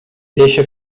deixa